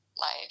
life